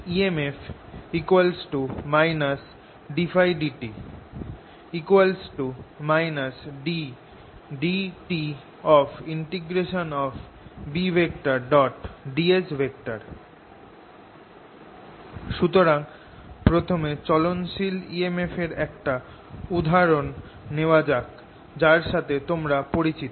emf ddtՓ ddtBds সুতরাং প্রথমে চলনশীল emf এর একটা উদাহরণ নেওয়া যাক যার সাথে তোমরা পরিচিত